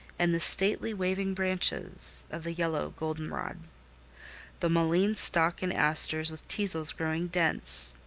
and the stately, waving branches of the yellow goldenrod the mullein stalk and asters, with teasels growing dense,